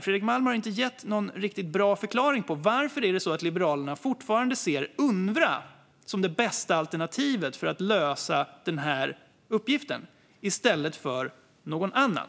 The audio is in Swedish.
Fredrik Malm har inte gett någon riktigt bra förklaring på varför det är så att Liberalerna fortfarande ser Unrwa som det bästa alternativet för att lösa uppgiften i stället för någon annan.